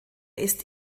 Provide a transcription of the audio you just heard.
ist